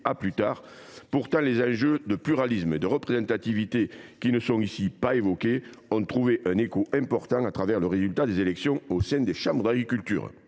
Pourtant, les enjeux de pluralisme et de représentativité, qui ne sont pas évoqués ici, ont eu un écho important lors des élections au sein des chambres d’agriculture.